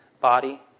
body